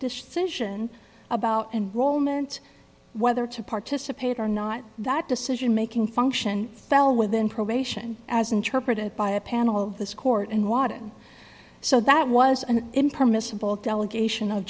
decision about and roll meant whether to participate or not that decision making function fell within probation as interpreted by a panel of this court and water and so that was an impermissible delegation of